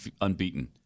unbeaten